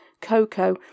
cocoa